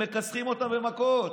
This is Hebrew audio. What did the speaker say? מכסחים אותם במכות.